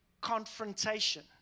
confrontation